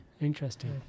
interesting